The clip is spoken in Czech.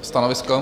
Stanovisko?